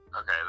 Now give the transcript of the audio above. Okay